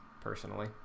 personally